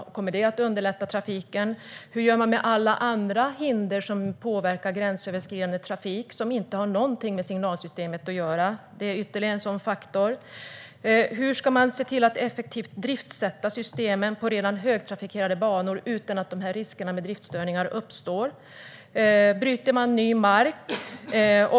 Kommer det att underlätta trafiken? Hur gör man med alla andra hinder som påverkar gränsöverskridande trafik och som inte har någonting med signalsystemet att göra? Det är ytterligare en sådan faktor. Hur ska man se till att effektivt sätta systemen i drift på redan högtrafikerade banor utan att riskerna med driftsstörningar uppstår? Bryter man ny mark?